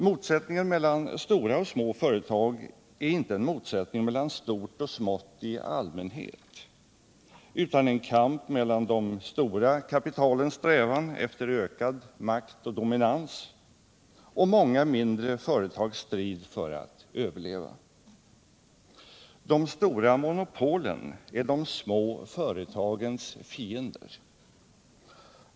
Motsättningen mellan stora och små företag är inte en motsättning mellan stort och smått i allmänhet utan en kamp mellan de stora kapitalens strävan efter ökad makt och dominans och många mindre företags strid för att över leva. De stora monopolen är de små företagens fiender.